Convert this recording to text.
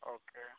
okay